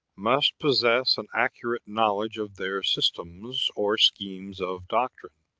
must possess an accurate knowledge of their systems or schemes of doctrine.